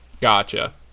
Gotcha